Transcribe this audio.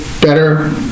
better